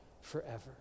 forever